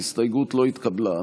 ההסתייגות לא התקבלה.